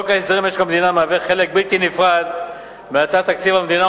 חוק ההסדרים במשק המדינה מהווה חלק בלתי נפרד מהצעת תקציב המדינה,